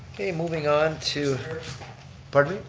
okay, moving on to pardon,